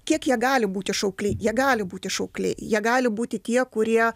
kiek jie gali būti šaukliai jie gali būti šaukliai jie gali būti tie kurie